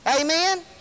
Amen